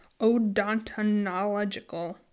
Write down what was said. odontological